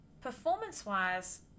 Performance-wise